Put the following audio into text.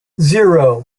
zero